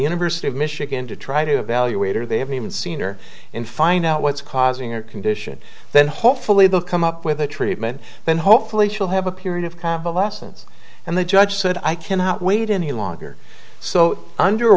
university of michigan to try to evaluate her they haven't even seen her in find out what's causing her condition then hopefully they'll come up with a treatment then hopefully she'll have a period of convalescence and the judge said i cannot wait any longer so under